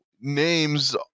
names